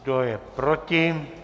Kdo je proti?